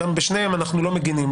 בשניהם אנחנו לא מגנים,